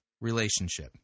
relationship